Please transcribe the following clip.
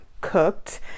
Cooked